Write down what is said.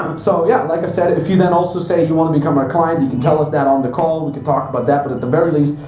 um so yeah, like i said, if you then also say you wanna become our client, you can tell us that on the call, we can talk about that. but at the very least,